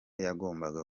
yagombaga